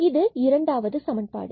இது இரண்டாவது சமன்பாடு